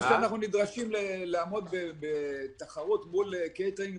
או שאנחנו נדרשים לעמוד בתחרות מול קייטרינגים